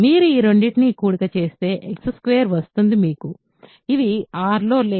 మీరు ఈ రెండింటిని కూడిక చేస్తే x 2 వస్తుంది మీకు ఇవి R లో లేవు